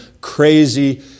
crazy